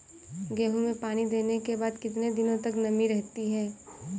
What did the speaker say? गेहूँ में पानी देने के बाद कितने दिनो तक नमी रहती है?